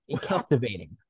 captivating